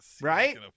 Right